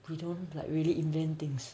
we don't like really invent things